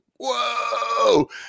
Whoa